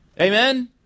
Amen